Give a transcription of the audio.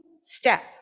step